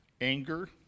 Anger